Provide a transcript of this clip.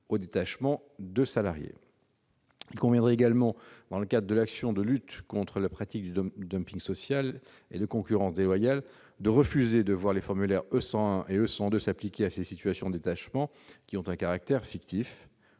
au détachement de salariés. Il conviendrait également, dans le cadre de l'action de lutte contre les pratiques de social et de concurrence déloyale, de refuser de voir les formulaires E101 et E102 s'appliquer à ces situations de détachement, qui ont un caractère fictif.